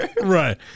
right